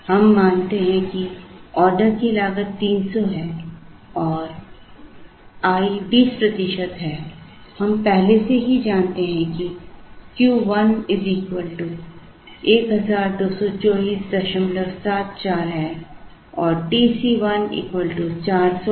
हम मानते हैं कि ऑर्डर की लागत 300 है और i 20 प्रतिशत है हम पहले से ही जानते हैं कि Q 1 122474 है और TC1 48898 है